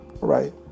right